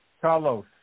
Carlos